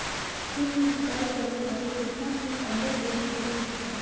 खेत में सिंचाई करे खातिर कितना फिट अंदर बोरिंग करे के चाही?